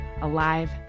alive